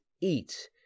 eat